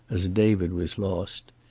as david was lost.